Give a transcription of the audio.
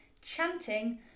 chanting